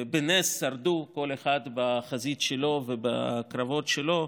ובנס שרדו, כל אחד בחזית שלו ובקרבות שלו,